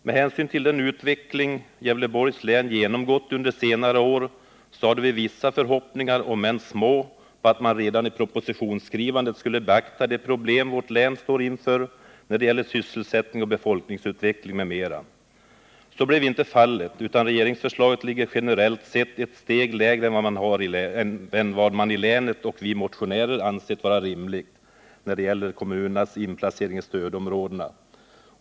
Med hänsyn till den utveckling Gävleborgs län genomgått under senare år, hade vi vissa förhoppningar — om än små — om att man redan i propositionsskrivandet skulle ha beaktat de problem vårt län står inför när det gäller sysselsättning och befolkningsutveckling m.m. Så blev inte fallet, utan regeringsförslaget ligger generellt sett ett steg lägre än vi motionärer och människor i övrigt i länet ansett vara rimligt när det gäller kommunernas inplacering i stödområdena.